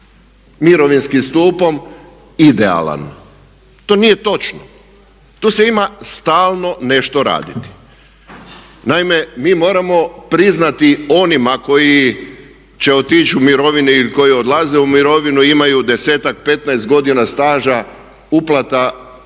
mirovinskim stupom idealan. To nije točno, tu se ima stalno nešto raditi. Naime mi moramo priznati onima koji će otići u mirovine ili koji odlaze u mirovinu imaju 10-ak, 15 godina staža uplata doprinosa